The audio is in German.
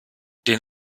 den